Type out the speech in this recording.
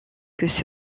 que